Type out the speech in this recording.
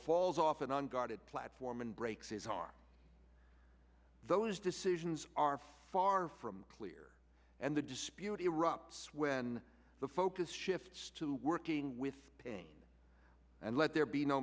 falls off an unguarded platform and breaks his heart those decisions are far from clear and the dispute erupts when the focus shifts to working with pain and let there be no